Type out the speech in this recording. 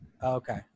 Okay